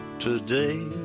Today